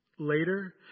Later